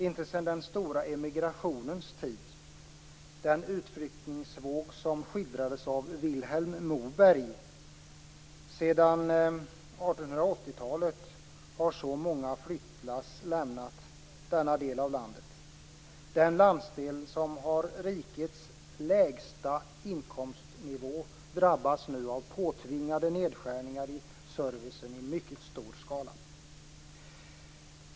Inte sedan den stora emigrationens tid på 1880-talet - den utflyttningsvåg som skildrades av Vilhelm Moberg - har så många flyttlass lämnat denna del av landet. Den landsdel som har rikets lägsta inkomstnivå drabbas nu av påtvingade nedskärningar i servicen i mycket stor skala.